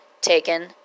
taken